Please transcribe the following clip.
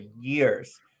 years